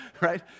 right